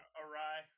awry